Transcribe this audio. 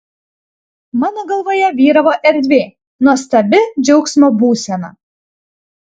mano galvoje vyravo erdvė nuostabi džiaugsmo būsena